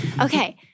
Okay